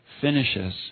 finishes